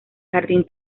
jardín